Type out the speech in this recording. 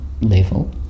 level